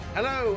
Hello